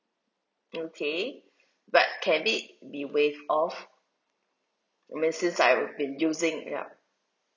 okay but can it be waived off I mean since I've been using yup